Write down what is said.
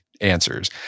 answers